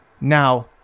Now